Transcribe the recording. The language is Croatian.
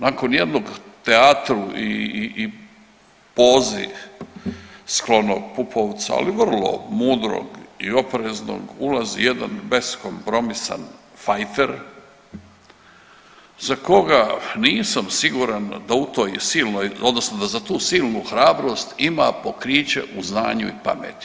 Nakon jednog teatru i pozi sklono Pupovcu, ali vrlo mudrog i opreznog ulazi jedan beskompromisan fajter za koga nisam siguran da u toj silnoj, odnosno da za tu silnu hrabrost ima pokriće u znanju i pameti.